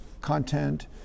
content